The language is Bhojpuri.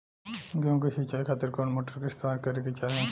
गेहूं के सिंचाई खातिर कौन मोटर का इस्तेमाल करे के चाहीं?